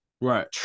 right